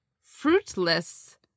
fruitless